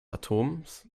atoms